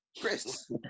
Chris